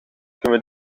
kunnen